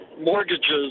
mortgages